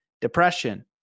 depression